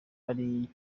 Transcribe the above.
buri